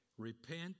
Repent